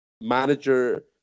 manager